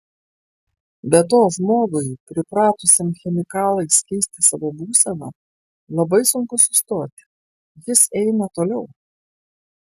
be to žmogui pripratusiam chemikalais keisti savo būseną labai sunku sustoti jis eina toliau